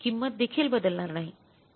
किंमती देखील बदलणार नाहीत